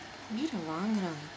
உயிரை வாங்குறாங்க:uyira vaanguraanga